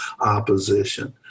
opposition